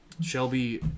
Shelby